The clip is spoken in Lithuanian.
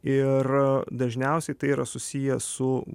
ir dažniausiai tai yra susiję su